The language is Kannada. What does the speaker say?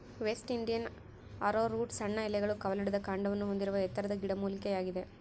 ವೆಸ್ಟ್ ಇಂಡಿಯನ್ ಆರೋರೂಟ್ ಸಣ್ಣ ಎಲೆಗಳು ಕವಲೊಡೆದ ಕಾಂಡವನ್ನು ಹೊಂದಿರುವ ಎತ್ತರದ ಗಿಡಮೂಲಿಕೆಯಾಗಿದೆ